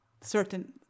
certain